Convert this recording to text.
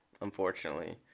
unfortunately